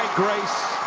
grace.